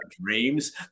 dreams